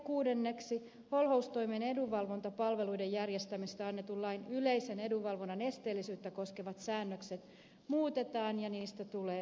kuudenneksi holhoustoimen edunvalvontapalveluiden järjestämisestä annetun lain yleisen edunvalvonnan esteellisyyttä koskevat säännökset muutetaan ja niistä tulee moderneja